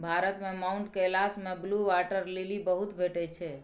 भारत मे माउंट कैलाश मे blue water lily बहुत भेटै छै